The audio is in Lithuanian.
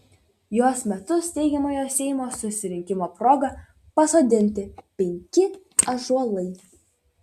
jos metu steigiamojo seimo susirinkimo proga pasodinti penki ąžuolai